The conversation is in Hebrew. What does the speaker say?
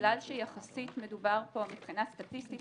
בגלל שיחסית מדובר פה מבחינה סטטיסטית